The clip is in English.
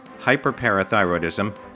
hyperparathyroidism